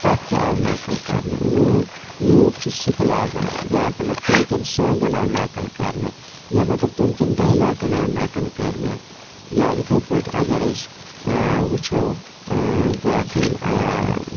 تَتھ تہِ آو نقٕل کَرنہٕ لوٗکھ لوٗکھ چھِ سُہ تہِ لاگان یا مطلَب تَمہِ کٮ۪ن سانٛگَن آو نقٕل کَرنہٕ یا مطلَب تَمہِ کِٮ۪ن ڈایلاکَن آو نقٕل کَرنہٕ یا اِتھَے پٲٹھۍ اَگر أسۍ وُچھو باقٕے